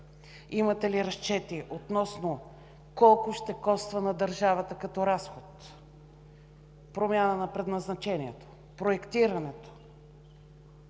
имате ли разчети относно това колко ще коства на държавата като разход промяната на предназначението, проектирането;